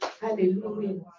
Hallelujah